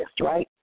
right